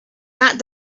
that